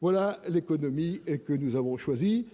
voilà l'économie et que nous avons choisi,